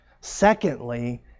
Secondly